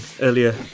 earlier